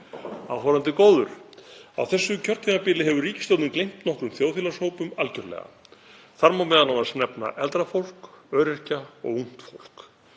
Áhorfandi góður. Á þessu kjörtímabili hefur ríkisstjórnin gleymt nokkrum þjóðfélagshópum algerlega. Þar má m.a. nefna eldra fólk, öryrkja og ungt fólk.